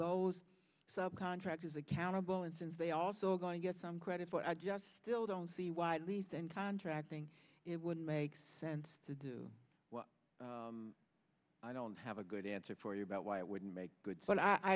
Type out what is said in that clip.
those sub contractors accountable and since they also are going to get some credit for i just still don't see why leith and contracting it wouldn't make sense to do what i don't have a good answer for you about why it wouldn't make good but i